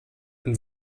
und